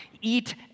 Eat